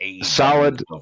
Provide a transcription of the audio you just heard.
Solid